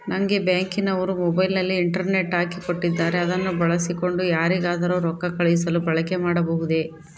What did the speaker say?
ನಂಗೆ ಬ್ಯಾಂಕಿನವರು ಮೊಬೈಲಿನಲ್ಲಿ ಇಂಟರ್ನೆಟ್ ಹಾಕಿ ಕೊಟ್ಟಿದ್ದಾರೆ ಅದನ್ನು ಬಳಸಿಕೊಂಡು ಯಾರಿಗಾದರೂ ರೊಕ್ಕ ಕಳುಹಿಸಲು ಬಳಕೆ ಮಾಡಬಹುದೇ?